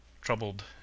troubled